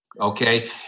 Okay